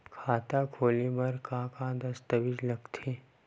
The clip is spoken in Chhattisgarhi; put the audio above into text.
खाता खोले बर का का दस्तावेज लगथे?